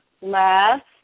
last